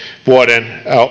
vuoden